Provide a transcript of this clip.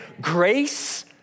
grace